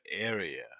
area